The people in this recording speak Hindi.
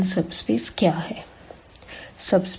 ट्रिविअल सबस्पेसेस क्या है